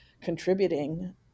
contributing